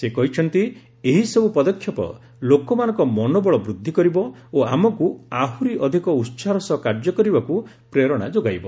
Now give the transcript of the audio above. ସେ କହିଛନ୍ତି ଏହିସବୁ ପଦକ୍ଷେପ ଲୋକମାନଙ୍କ ମନୋବଳ ବୁଦ୍ଧି କରିବ ଓ ଆମକ୍ର ଆହୁରି ଅଧିକ ଉତ୍ସାହର ସହ କାର୍ଯ୍ୟ କରିବାକୁ ପ୍ରେରଣା ଯୋଗାଇବ